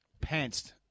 pantsed